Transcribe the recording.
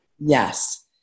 Yes